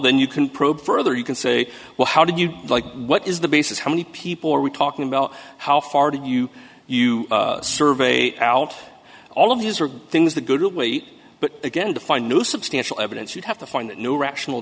then you can probe further you can say well how do you like what is the basis how many people are we talking about how far did you you survey out all of these are things the good weight but again to find new substantial evidence you'd have to find that no rational